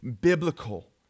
biblical